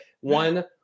one